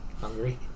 Hungry